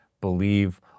believe